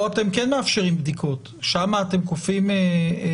פה אתם כן מאפשרים בדיקות, שם אתם כופים חיסון?